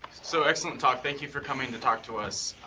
so excellent talk. thank you for coming to talk to us.